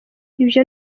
ibyo